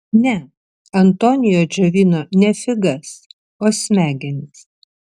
ne antonio džiovino ne figas o smegenis